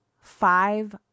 Five